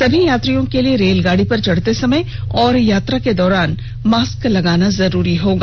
सभी यात्रियों के लिए रेलगाड़ी पर चढ़ते समय और यात्रा के दौरान मास्क लगाना जरूरी होगा